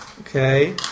Okay